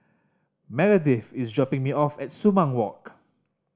Meredith is dropping me off at Sumang Walk